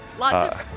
Lots